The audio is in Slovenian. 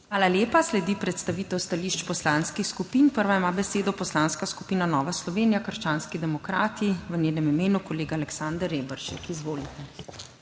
Hvala lepa. Sledi predstavitev stališč poslanskih skupin. Prva ima besedo Poslanska skupina Nova Slovenija – krščanski demokrati. V njenem imenu kolega Aleksander Reberšek. Izvolite.